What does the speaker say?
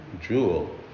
jewel